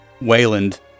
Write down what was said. Wayland